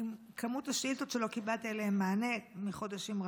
כמות השאילתות שלא קיבלתי עליהן מענה חודשים רבים.